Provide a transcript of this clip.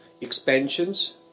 expansions